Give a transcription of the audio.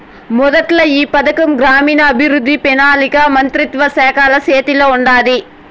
మొదట్ల ఈ పథకం గ్రామీణాభవృద్ధి, పెనాలికా మంత్రిత్వ శాఖల సేతిల ఉండాది